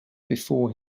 before